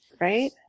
Right